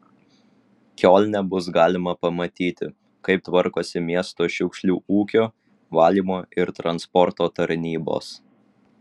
kiolne bus galima pamatyti kaip tvarkosi miesto šiukšlių ūkio valymo ir transporto tarnybos